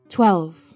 Twelve